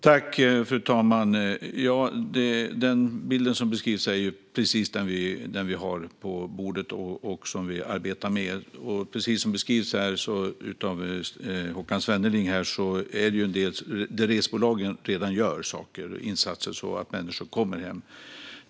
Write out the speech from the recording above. Fru talman! Den bild som beskrivs är precis den vi har på bordet och arbetar med. Precis som beskrivs av Håkan Svenneling gör resebolagen redan insatser så att människor kommer hem.